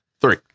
three